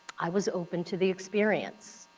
i was open to the experience.